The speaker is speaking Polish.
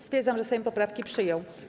Stwierdzam, że Sejm poprawki przyjął.